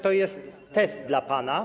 To jest test dla pana.